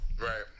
right